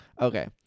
Okay